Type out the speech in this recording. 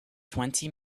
twenty